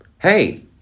Hey